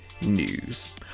news